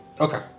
Okay